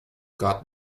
got